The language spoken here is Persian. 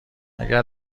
اگه